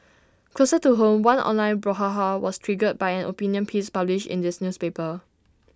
closer to home one online brouhaha was triggered by an opinion piece published in this newspaper